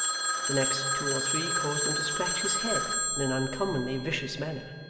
the next two or three caused him to scratch his head in an uncommonly vicious manner,